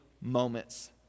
moments